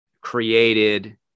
created